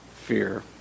fear